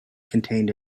contained